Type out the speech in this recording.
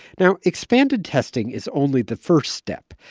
now, expanded testing is only the first step.